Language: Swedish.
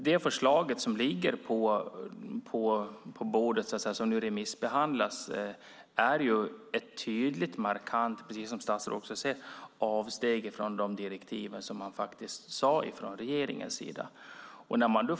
Det förslag som ligger på bordet och som nu remissbehandlas är ett tydligt och markant avsteg från de direktiv som regeringen gav, som statsrådet också säger.